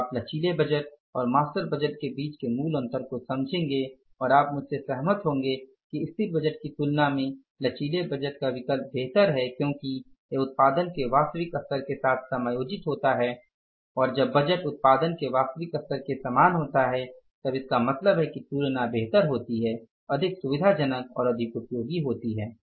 तो अब आप लचीले बजट और मास्टर बजट के बीच के मूल अंतर को समझेंगे और आप मुझसे सहमत होंगे कि स्थिर बजट की तुलना में लचीले बजट बेहतर विकल्प हैं क्योंकि यह उत्पादन के वास्तविक स्तर के साथ समायोजित होता है और जब बजट उत्पादन के वास्तविक स्तर के समान होता तब इसका मतलब है कि तुलना बेहतर होती है अधिक सुविधाजनक और अधिक उपयोगी होती हैं